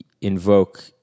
invoke